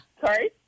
Sorry